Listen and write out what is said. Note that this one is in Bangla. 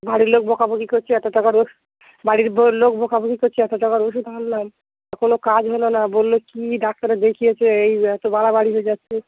বাড়ির লোক বকাবকি করছে এতো টাকার ওষুধ বাড়ির বো লোক বকাবকি করছে এতো টাকার ওষুধ আনলাম তো কোনো কাজ হলো না বললো কী ডাক্তারের দেখিয়েছে এই এতো বাড়াবাড়ি হয়ে যাচ্চে